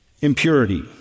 impurity